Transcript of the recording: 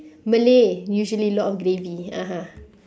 malay usually a lot of gravy (uh huh)